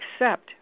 accept